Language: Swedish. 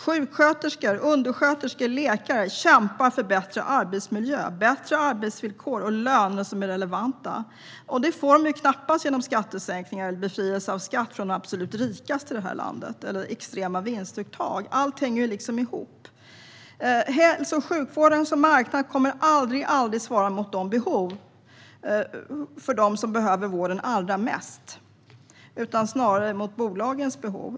Sjuksköterskor, undersköterskor och läkare kämpar för bättre arbetsmiljö, bättre arbetsvillkor och relevanta löner. Det får de knappast med hjälp av skattesänkningar eller befrielse från skatt för de absolut rikaste i landet eller extrema vinstuttag. Allt hänger ihop. Hälso och sjukvård som en marknad kommer aldrig att svara mot de behov som finns hos dem som behöver vården allra mest - snarare är det mot bolagens behov.